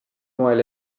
moel